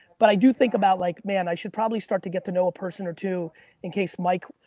but i do think about like man, i should probably start to get to know a person or two in case mike,